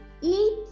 eat